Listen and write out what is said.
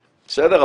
בסדר?